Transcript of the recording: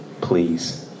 please